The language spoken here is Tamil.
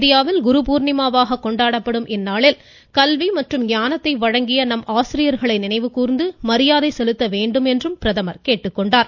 இந்தியாவில் குருபூர்ணிமாவாக கொண்டாடப்படும் இந்நாளில் கல்வி மற்றும் ஞானத்தை வழங்கிய நம் ஆசிரியர்களை நினைவு கூர்ந்து மரியாதை செலுத்த வேண்டும் என்றும் அவர் கேட்டுக்கொண்டார்